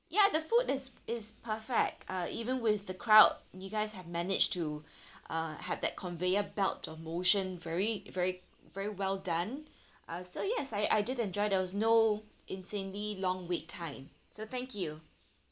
ya the food is is perfect uh even with the crowd you guys have managed to uh have that conveyor belt of motion very very very well done uh so yes I I did enjoy there was no insanely long wait time so thank you